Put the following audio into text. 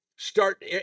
start